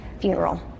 funeral